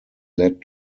led